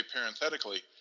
parenthetically